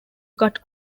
cut